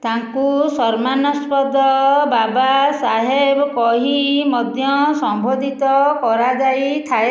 ତାଙ୍କୁ ସମ୍ମାନସ୍ପଦ ବାବା ସାହେବ କହି ମଧ୍ୟ ସମ୍ବୋଧିତ କରାଯାଇଥାଏ